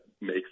makes